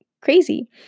crazy